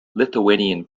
lithuanian